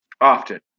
often